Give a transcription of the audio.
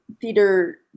theater